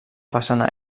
façana